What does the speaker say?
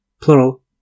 plural